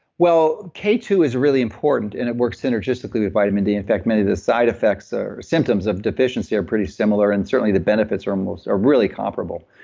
well, k two is really important and it works synergistically with vitamin d. in fact many of the side effects or symptoms of deficiency are pretty similar. and certainly the benefits are most are really comparable.